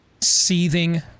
seething